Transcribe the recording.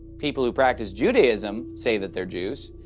people who practice judaism say that they're jews.